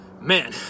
Man